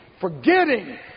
Forgetting